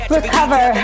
Recover